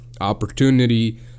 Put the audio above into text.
opportunity